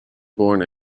born